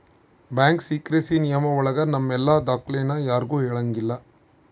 bank secrecy ನಿಯಮ ಒಳಗ ನಮ್ ಎಲ್ಲ ದಾಖ್ಲೆನ ಯಾರ್ಗೂ ಹೇಳಂಗಿಲ್ಲ